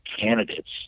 candidates